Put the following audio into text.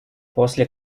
после